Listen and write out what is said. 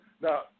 Now